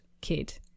kid